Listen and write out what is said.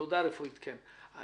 אם